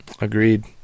Agreed